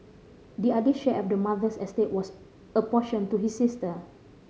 the other share of the mother's estate was apportioned to his sister